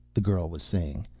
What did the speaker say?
the girl was saying.